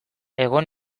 egon